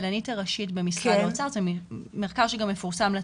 זה מחקר שגם מפורסם לציבור,